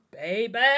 baby